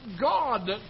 God